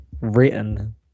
written